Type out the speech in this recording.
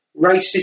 racist